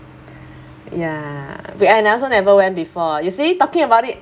ya but I also never went before you see talking about it